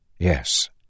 Yes